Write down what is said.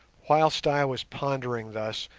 whilst i was pondering thus,